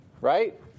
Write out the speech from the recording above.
right